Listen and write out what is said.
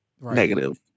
negative